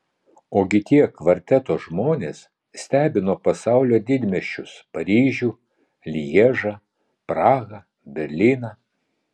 ogi tie kvarteto žmonės stebino pasaulio didmiesčius paryžių lježą prahą berlyną